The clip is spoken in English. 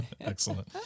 Excellent